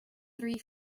three